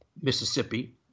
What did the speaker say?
Mississippi